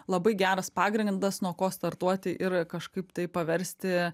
labai geras pagrindas nuo ko startuoti ir kažkaip tai paversti